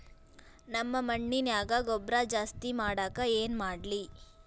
ನಮ್ಮ ಮಣ್ಣಿನ್ಯಾಗ ಗೊಬ್ರಾ ಜಾಸ್ತಿ ಮಾಡಾಕ ಏನ್ ಮಾಡ್ಲಿ?